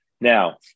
Now